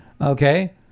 Okay